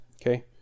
Okay